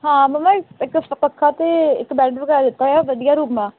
ਹਾਂ ਮੰਮਾ ਇੱ ਇੱਕ ਪੱਖਾ ਅਤੇ ਇੱਕ ਬੈਡ ਵਗੈਰਾ ਦਿੱਤਾ ਹੋਇਆ ਵਧੀਆ ਰੂਮ ਆ